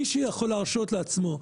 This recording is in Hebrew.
מי שיכול להרשות לעצמו,